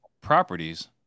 properties